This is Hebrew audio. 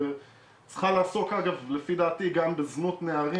וצריכה לעסוק אגב לפי דעתי גם בזנות נערים,